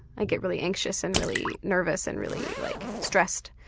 i get really anxious and really nervous and really like stressed,